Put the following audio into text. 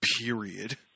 period